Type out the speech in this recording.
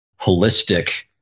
holistic